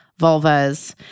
vulvas